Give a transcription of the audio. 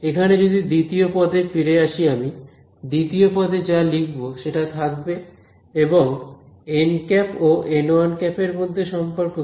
এখানে যদি দ্বিতীয় পদে ফিরে আসি আমি দ্বিতীয় পদে যা লিখবো সেটা থাকবে এবং ও এরমধ্যে সম্পর্ক কি